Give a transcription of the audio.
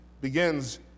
begins